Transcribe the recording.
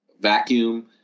vacuum